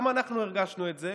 גם אנחנו הרגשנו את זה,